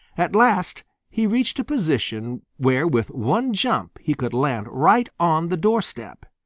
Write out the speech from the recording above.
at last he reached a position where with one jump he could land right on the doorstep.